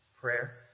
prayer